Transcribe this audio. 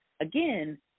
again